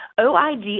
OIG